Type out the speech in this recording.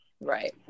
Right